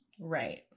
Right